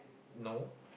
no